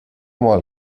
mal